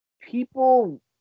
people